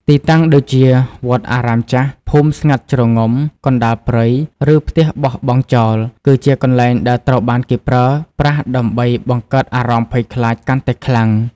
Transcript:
ទីតាំងដូចជា វត្តអារាមចាស់ ភូមិស្ងាត់ជ្រងំ កណ្ដាលព្រៃ ឬផ្ទះបោះបង់ចោល គឺជាកន្លែងដែលត្រូវបានគេប្រើប្រាស់ដើម្បីបង្កើតអារម្មណ៍ភ័យខ្លាចកាន់តែខ្លាំង។